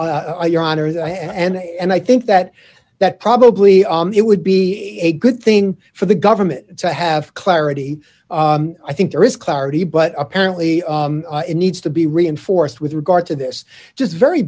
i and i think that that probably it would be a good thing for the government to have clarity i think there is clarity but apparently it needs to be reinforced with regard to this just very